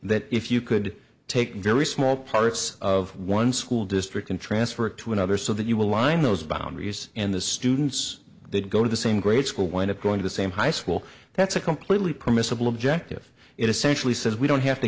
that if you could take very small parts of one school district and transfer it to another so that you will line those boundaries in the students that go to the same grade school wind up going to the same high school that's a completely permissible objective it essentially says we don't have to